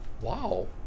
Wow